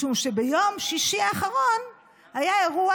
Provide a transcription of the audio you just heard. משום שביום שישי האחרון היה אירוע